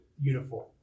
uniform